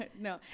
No